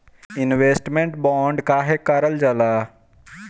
Investment bond काहे कारल जाला?